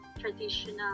traditional